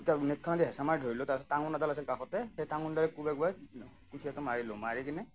নে'টখনেদি হেঁচা মাৰি ধৰিলোঁ তাৰপিছত টাঙোন এডাল আছিল কাষতে সেই টাঙোনডালেৰে কোবাই কোবাই কুচিয়াটো মাৰিলোঁ মাৰি কিনে